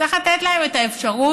צריך לתת להם את האפשרות